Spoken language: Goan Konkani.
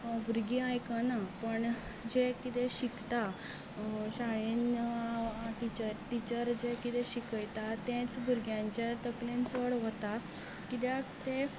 भुरगीं आयकना पण जें किदें शिकता शाळेन टिचर जें किदें शिकयता तेंच भुरग्यांच्या तकलेन चड वता किद्याक तें